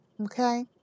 okay